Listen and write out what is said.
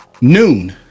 noon